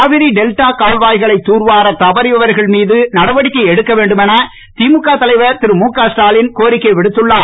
Kaveri delta கால்வாய்களை தூர்வார தவறியவர்கள் மீது நடவடிக்கை எடுக்க வேண்டும் என திமுக தலைவர் திரு முக ஸ்டாலின் கோரிக்கை விடுத்துள்ளார்